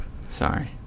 Sorry